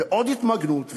ועוד התמגנות,